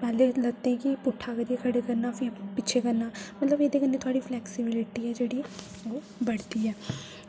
पैह्लें लत्तें गी पुट्ठा करियै खड़े करना फिर पिच्छें करना मतलब एह्दे कन्नै थोह्ड़ी फ्लैक्सिबिलिटी ऐ जेह्ड़ी ओ बढ़दी ऐ